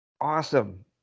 Awesome